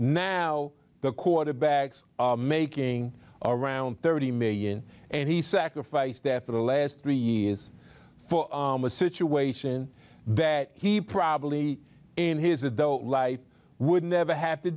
now the quarterbacks making around thirty million dollars and he sacrifice there for the last three years for a situation that he probably in his adult life would never have to